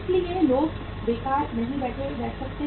इसलिए लोग बेकार नहीं बैठ सकते